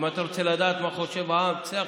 אם אתה רוצה לדעת מה חושב העם, צא החוצה,